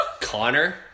Connor